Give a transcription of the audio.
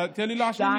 תן לי להשלים משפט.